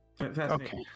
Okay